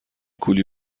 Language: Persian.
کولی